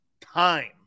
time